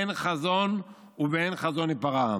אין חזון, ובאין חזון ייפרע עם".